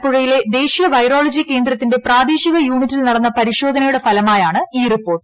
ആലപ്പുഴയിലെ ദേശീയ വൈറോളജി കേന്ദ്രത്തിന്റെ പ്രാദേശിക യൂണിറ്റിൽ നടന്ന പരിശോധനയുടെ ഫലമായാണ് ഈ റിപ്പോർട്ട്